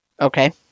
Okay